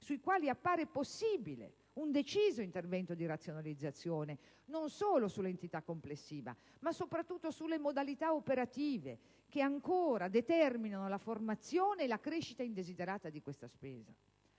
sui quali appare possibile un deciso intervento di razionalizzazione, non solo sull'entità complessiva, ma soprattutto sulle modalità operative che ancora determinano la formazione e la crescita indesiderata di questa spesa.